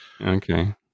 Okay